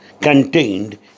contained